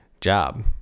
job